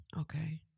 Okay